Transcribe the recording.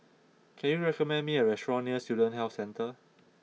can you recommend me a restaurant near Student Health Centre